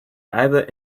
either